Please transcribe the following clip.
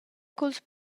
culs